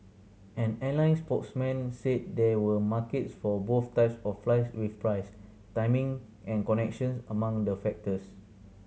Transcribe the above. an airline spokesman said there were markets for both types of flights with price timing and connections among the factors